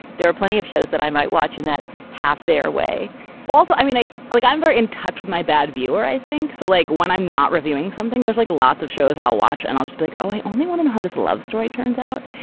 there are plenty of shows that i might watch in that half their way also, i mean, i like i'm very in touch with my bad viewer, i think. so like when i'm not reviewing something, there's like lots of shows i'll watch and i'll just blink like, oh, i only want to know how this love story turns out.